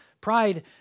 Pride